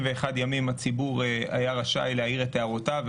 ימים הציבור היה רשאי להעיר את הערותיו,